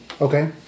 Okay